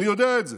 אני יודע את זה,